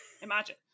Imagine